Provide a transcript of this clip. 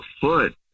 foot